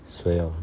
谁 ah